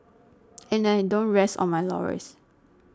and I don't rest on my laurels